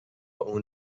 اون